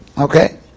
Okay